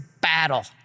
battle